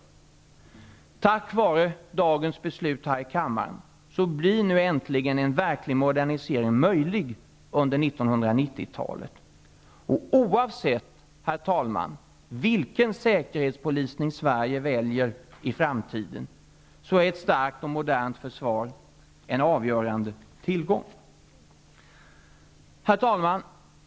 Tack vare dagens beslut här i kammaren blir nu äntligen en verklig modernisering möjlig under 1990-talet. Oavsett vilken säkerhetspolitisk lösning Sverige väljer i framtiden är ett starkt och modernt försvar en avgörande tillgång. Herr talman!